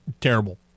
terrible